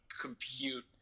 compute